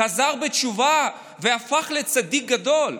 חזר בתשובה והפך לצדיק גדול?